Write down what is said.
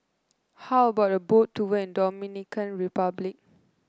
how about a Boat Tour in Dominican Republic